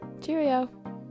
Cheerio